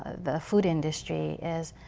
ah the food industry, is